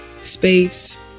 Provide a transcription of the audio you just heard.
space